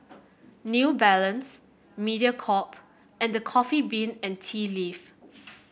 New Balance Mediacorp and The Coffee Bean and Tea Leaf